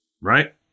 right